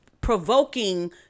provoking